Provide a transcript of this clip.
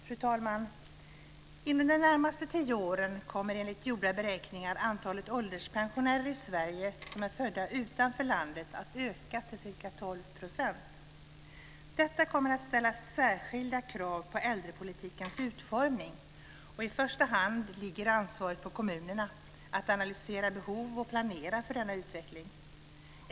Fru talman! Inom de närmaste tio åren kommer enligt gjorda beräkningar antalet ålderspensionärer i Sverige som är födda utanför landet att öka till ca 12 %. Detta kommer att ställa särskilda krav på äldrepolitikens utformning. I första hand ligger ansvaret på kommunerna att analysera behov och planera för denna utveckling.